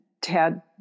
Tad